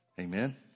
Amen